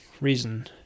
reason